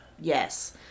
Yes